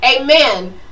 Amen